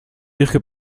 vous